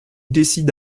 décide